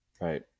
right